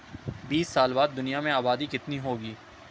بیس سال بعد دنیا میں آبادی کتنی ہوگی